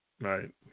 Right